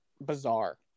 bizarre